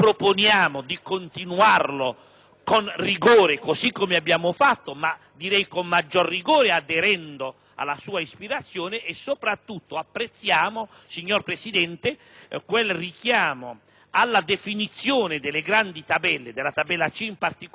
con rigore, così come abbiamo fatto, ma anche con maggior rigore aderendo alla sua ispirazione. Signor Presidente, apprezziamo soprattutto quel richiamo alla definizione delle grandi tabelle - della tabella C in particolare - che